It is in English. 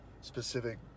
specific